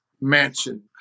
mansion